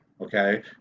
okay